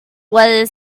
were